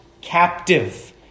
captive